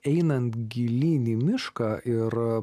einant gilyn į mišką ir